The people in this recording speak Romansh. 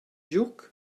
giug